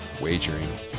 wagering